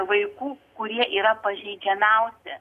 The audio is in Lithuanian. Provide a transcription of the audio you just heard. vaikų kurie yra pažeidžiamiausi